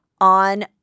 on